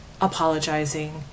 apologizing